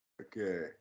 Okay